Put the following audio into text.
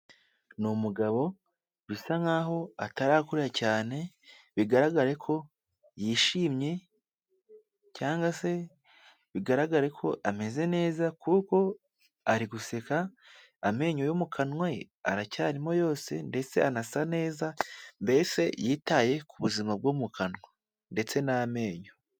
Ni umugabo bisa nkaho atarakura cyane bigaragare ko yishimye cyangwa se bigaragare ko ameze neza kuko ari guseka, amenyo yo mu kanwa aracyarimo yose ndetse anasa neza mbese yitaye ku buzima bwo mu kanwa ndetse n'amenyo.